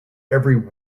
every